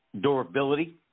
durability